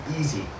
easy